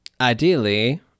ideally